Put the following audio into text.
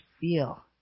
feel